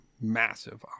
massive